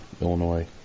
Illinois